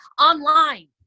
online